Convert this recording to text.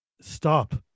Stop